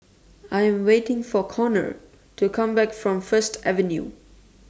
I Am waiting For Conor to Come Back from First Avenue